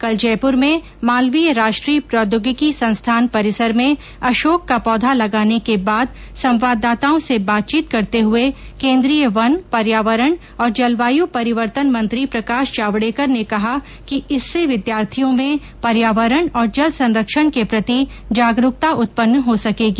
कल जयपुर में मालवीय राष्ट्रीय प्रौद्योगिकी संस्थान परिसर में अशोक का पौधा लगाने के बाद संवाददाताओं से बातचीत करते हुए केंद्रीय वन पर्यावरण और जलवायु परिवर्तन मंत्री प्रकाश जावडेकर ने कहा कि इससे विद्यार्थियों में पर्यावरण और जल संरक्षण के प्रति जागरूकता उत्पन्न हो सकेगी